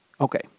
Okay